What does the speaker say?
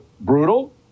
brutal